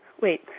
wait